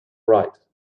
right